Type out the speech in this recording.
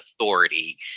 authority